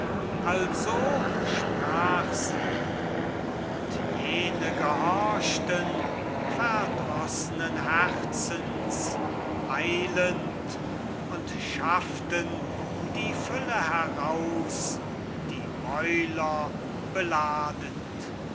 also sprach sie und jene gehorchten verdrossenes herzens eilend und schafften die fülle heraus die mäuler beladend